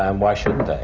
um why shouldn't they,